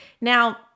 Now